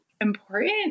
important